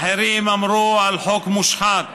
אחרים אמרו שהחוק מושחת,